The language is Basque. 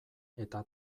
eta